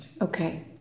Okay